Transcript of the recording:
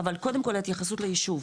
אבל קודם כל ההתייחסות ליישוב,